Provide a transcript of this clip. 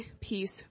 peace